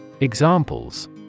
Examples